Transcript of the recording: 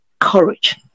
courage